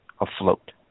afloat